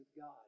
God